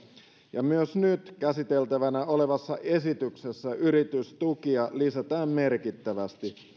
ja myös nyt käsiteltävänä olevassa esityksessä yritystukia lisätään merkittävästi